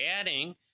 adding